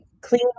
clean